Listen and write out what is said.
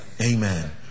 Amen